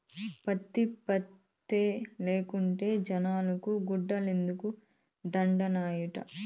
పత్తి పంటే లేకుంటే జనాలకి గుడ్డలేడనొండత్తనాయిట